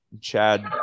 Chad